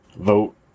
vote